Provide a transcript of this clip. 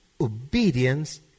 obedience